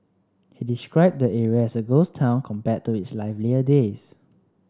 he described the area as a ghost town compared to its livelier days